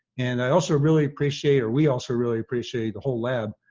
and i also really appreciate or we also really appreciate the whole lab,